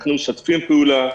אנחנו משתפים פעולה.